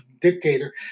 dictator